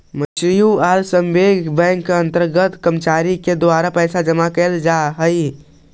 mutual saving bank के अंतर्गत कर्मचारी के द्वारा पैसा जमा कैल जा हइ